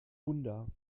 wunder